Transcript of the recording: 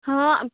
હઅ